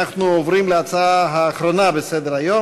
אנחנו עוברים להצעה האחרונה בסדר-היום,